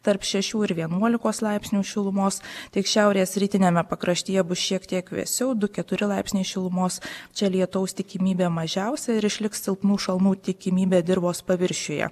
tarp šešių ir vienuolikos laipsnių šilumos tik šiaurės rytiniame pakraštyje bus šiek tiek vėsiau du keturi laipsniai šilumos čia lietaus tikimybė mažiausia ir išliks silpnų šalnų tikimybė dirvos paviršiuje